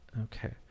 Okay